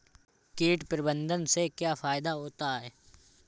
कीट प्रबंधन से क्या फायदा होता है?